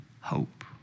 hope